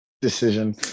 Decision